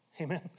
Amen